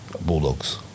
Bulldogs